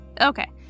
Okay